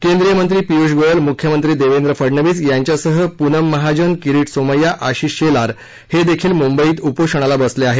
केद्वियमंत्री पीयुष गोयल मुख्यमंत्री देवेंद्र फडनवीस यांच्यासह पुनम महाजन किरीट सौमय्या आशिष शेलार हे देखील मुंबईत उपोषणाला बसले आहेत